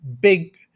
big